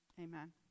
amen